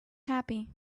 happy